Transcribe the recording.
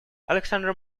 alexander